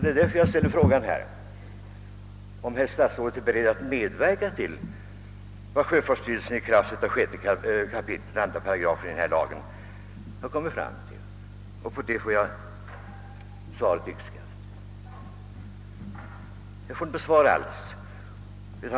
Det är därför jag här ställer frågan, huruvida statsrådet är beredd att medverka till vad sjöfartsstyrelsen i kraft av 6 kap. 2 8 har kommit fram till. På den frågan får jag svaret goddag-yxskaft.